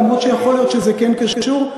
למרות שיכול להיות שזה כן קשור,